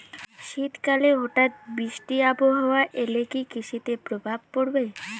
শীত কালে হঠাৎ বৃষ্টি আবহাওয়া এলে কি কৃষি তে প্রভাব পড়বে?